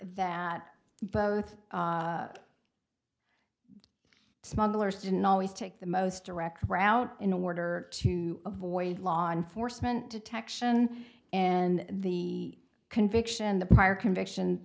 that both smugglers didn't always take the most direct route in order to avoid law enforcement detection and the conviction the prior conviction